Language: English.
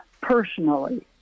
personally